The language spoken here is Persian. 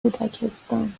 کودکستان